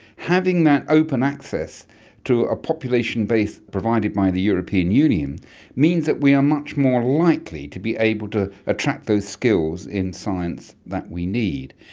having that open access to a population base provided by the european union means that we are much more likely to be able to attract those skills in science that we need.